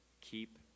Keep